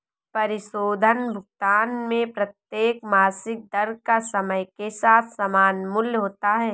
परिशोधन भुगतान में प्रत्येक मासिक दर का समय के साथ समान मूल्य होता है